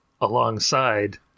alongside